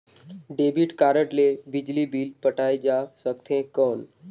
Debit card ले बिजली bill पटाय जा सकथे कौन?